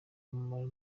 umumaro